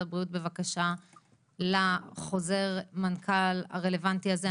הבריאות בבקשה לחוזר מנכ"ל הרלוונטי הזה?